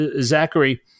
Zachary